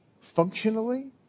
functionally